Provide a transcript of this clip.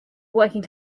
working